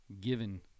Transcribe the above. given